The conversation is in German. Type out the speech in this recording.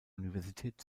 universität